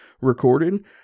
recorded